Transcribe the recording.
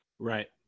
Right